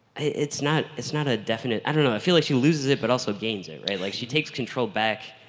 it's not it's not a definite. i don't know i feel like she loses it, but also gains it right like she takes control back,